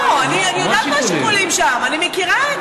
לא, אני יודעת מה השיקולים שם, אני מכירה.